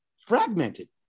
fragmented